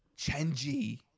Chenji